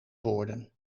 woorden